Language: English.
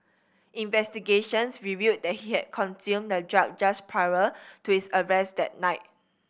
investigations revealed that he had consumed the drug just prior to his arrest that night